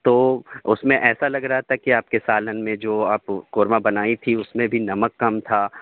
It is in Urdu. تو اس میں ایسا لگ رہا تھا کہ آپ کے سالن میں جو آپ کورمہ بنائی تھی اس میں بھی نمک کم تھا